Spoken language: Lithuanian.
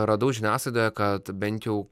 radau žiniasklaidoje kad bent jau